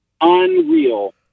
unreal